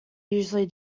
usually